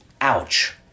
ouch